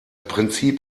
prinzip